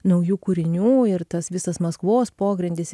naujų kūrinių ir tas visas maskvos pogrindis